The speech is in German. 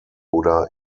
oder